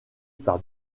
par